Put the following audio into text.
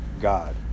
God